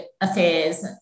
Affairs